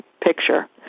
picture